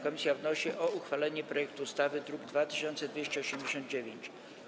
Komisja wnosi o uchwalenie projektu ustawy z druku nr 2289.